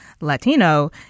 Latino